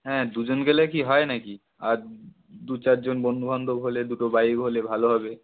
হ্যাঁ দুজন গেলে কি হয় না কি আর দু চারজন বন্ধু বান্ধব হলে দুটো বাইক হলে ভালো হবে